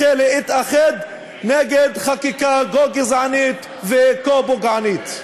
להתאחד נגד חקיקה כה גזענית וכה פוגענית.